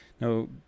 No